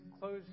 close